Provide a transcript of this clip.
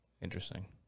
Interesting